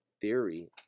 theory